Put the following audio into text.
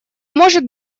может